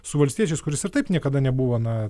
su valstiečiais kuris ir taip niekada nebuvo na